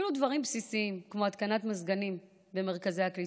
אפילו דברים בסיסיים כמו התקנת מזגנים במרכזי הקליטה,